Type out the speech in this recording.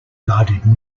did